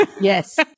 Yes